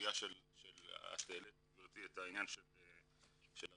את העלית גבירתי את העניין של הרישומים.